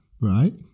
right